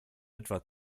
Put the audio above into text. etwa